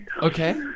Okay